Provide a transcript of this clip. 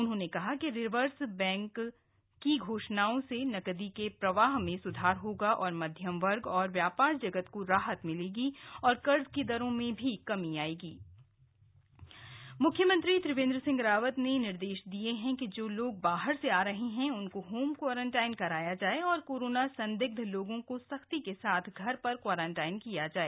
उन्होंने कहा कि रिजर्व बैंक की घोषणाओं से नगदी के प्रवाह में सुधार होगा और मध्यम वर्ग और व्यापार जगत को राहत मिलेगी और कर्ज की दरों में कमी होग सीएम वीसी मुख्यमंत्री त्रिवेन्द्र सिंह रावत ने निर्देश दिये है कि जो लोग बाहर से आ रहे हैं उनको होम क्वारंटाइन कराया जाए और कोरोना संदिग्ध लोगों को सख्ती के साथ घर पर क्वारंटाइन किया जाए